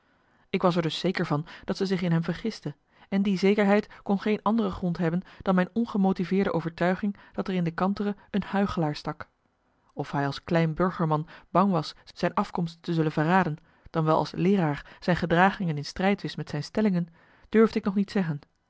ik was er dus zeker van dat zij zich in hem vergiste en die zekerheid kon geen andere grond hebben dan mijn ongemotiveerde overtuiging dat er in de kantere een huichelaar stak of hij als klein burgerman bang was zijn afkomst te zullen verraden dan wel als leeraar zijn gedragingen in strijd wist met zijn stellingen durfde ik nog niet zeggen